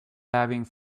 having